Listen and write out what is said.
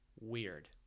weird